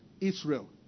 Israel